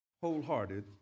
Wholehearted